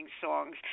songs